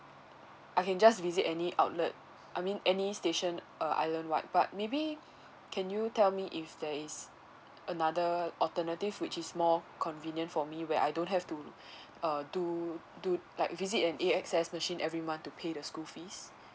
I can just visit any outlet I mean any station uh island wide but maybe can you tell me if there is another alternative which is more convenient for me where I don't have to uh do do like visit an A_X_S machine every month to pay the school fees